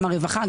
גם הרווחה,